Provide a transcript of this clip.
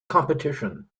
competition